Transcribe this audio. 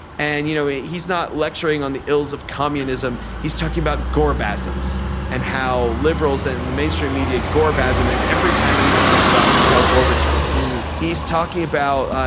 and you know he's not lecturing on the ills of communism. he's talking about gore basin's and how liberals in the mainstream media. gore bassem every time anyone talks about mikhail gorbachev he's talking about. ah